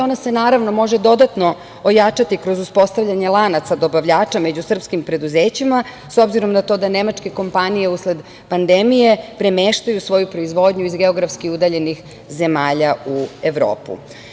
Ona se, naravno, može dodatno ojačati kroz uspostavljanje lanaca dobavljača među srpskim preduzećima, s obzirom na to da nemačke kompanije, usled pandemije, premeštaju svoju proizvodnju iz geografski udaljenih zemalja u Evropu.